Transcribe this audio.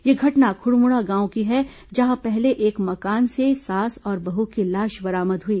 यह घटना खुड़मुड़ा गांव की है जहां पहले एक मकान से सास और बह की लाश बरामद हुई